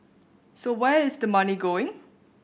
so where is the money going